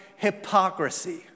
hypocrisy